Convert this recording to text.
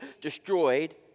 destroyed